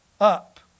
Up